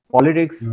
Politics